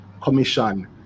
commission